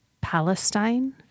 Palestine